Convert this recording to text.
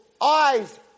eyes